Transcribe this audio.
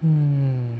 hmm